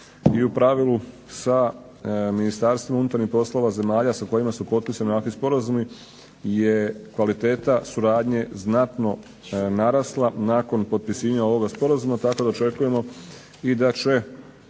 i u pravilu sa Ministarstvom unutarnjih poslova zemalja sa kojima su potpisani ovakvi sporazumi je kvaliteta suradnje znatno narasla nakon potpisivanja ovoga sporazuma. Tako da očekujemo i da će